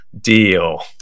Deal